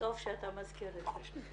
טוב שאתה מזכיר את זה.